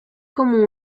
como